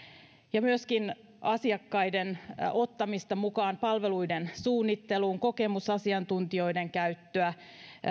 myöskin asiakkaiden ottamista mukaan palveluiden suunnitteluun kokemusasiantuntijoiden käyttöä